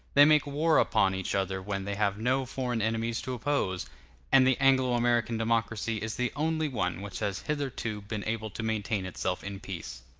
they make war upon each other when they have no foreign enemies to oppose and the anglo-american democracy is the only one which has hitherto been able to maintain itself in peace.